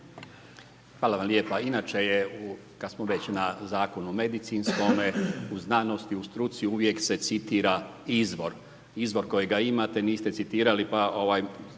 Hvala vam lijepa. Inače je u, kad smo već na Zakonu o medicinskome, u znanosti, u struci, uvijek se citira izvor. Izvor kojega imate niste citirali pa bit